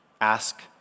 ask